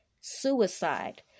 suicide